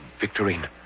Victorine